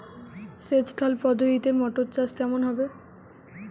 সেচ খাল পদ্ধতিতে মটর চাষ কেমন হবে?